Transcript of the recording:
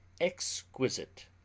exquisite